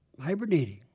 hibernating